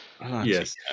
Yes